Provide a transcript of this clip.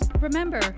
Remember